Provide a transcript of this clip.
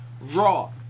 Raw